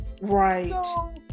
Right